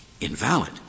invalid